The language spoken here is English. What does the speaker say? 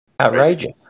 Outrageous